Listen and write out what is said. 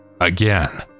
Again